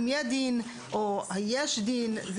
אם יהיה דין או יש דין,